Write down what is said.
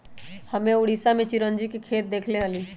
हम्मे उड़ीसा में चिरौंजी के खेत देखले हली